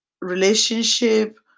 relationship